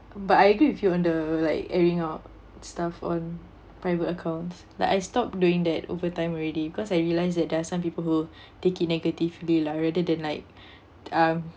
but I agree with you on the like airing out stuff on private accounts like I stopped doing that over time already because I realised that there are some people who take it negatively lah rather than like um